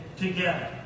together